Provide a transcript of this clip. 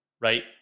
right